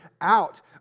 out